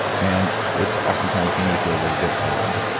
and it's oftentimes made me feel a little bit odd.